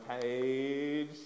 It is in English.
page